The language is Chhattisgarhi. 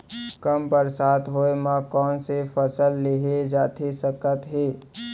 कम बरसात होए मा कौन से फसल लेहे जाथे सकत हे?